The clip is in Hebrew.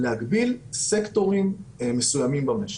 להגביל סקטורים מסוימים במשק,